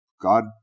God